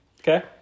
Okay